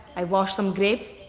i wash some grape.